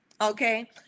Okay